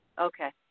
Okay